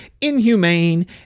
inhumane